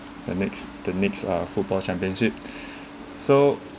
the next the next uh football championship so